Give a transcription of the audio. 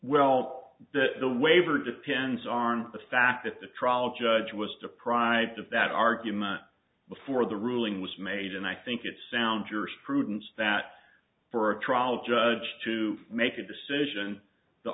well that the waiver depends are in the fact that the trial judge was deprived of that argument before the ruling was made and i think it sounds jurisprudence that for a trial judge to make a decision the